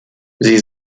sie